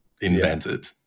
invented